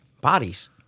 Bodies